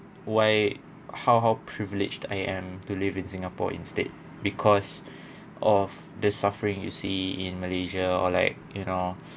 why how how privileged I am to live in singapore instead because of the suffering you see in malaysia or like you know